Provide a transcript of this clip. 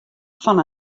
fan